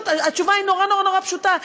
התשובה היא נורא נורא נורא פשוטה,